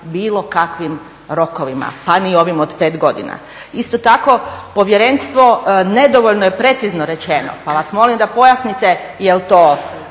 bilo kakvim rokovima pa ni ovim od 5 godina. Isto tako, povjerenstvo nedovoljno je precizno rečeno pa vas molim da pojasnite jel to